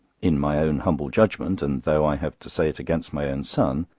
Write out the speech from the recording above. in my own humble judgment, and though i have to say it against my own son,